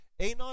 Anon